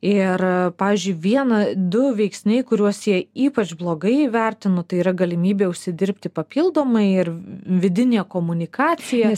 ir pavyzdžiui vieną du veiksniai kuriuos jie ypač blogai įvertino tai yra galimybė užsidirbti papildomai ir vidinė komunikacija